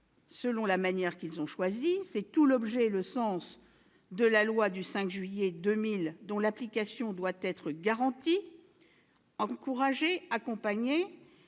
selon la manière qu'ils ont choisie. C'est tout l'objet et le sens de la loi du 5 juillet 2000, dont l'application doit être garantie, encouragée, accompagnée.